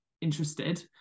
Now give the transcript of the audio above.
interested